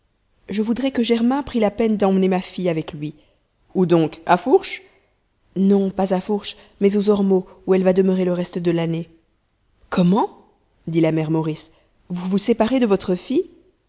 je voudrais que germain prît la peine d'emmener ma fille avec lui où donc à fourche non pas à fourche mais aux ormeaux où elle va demeurer le reste de l'année comment dit la mère maurice vous vous séparez de votre fille